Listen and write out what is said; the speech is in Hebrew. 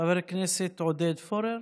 חבר הכנסת עודד פורר,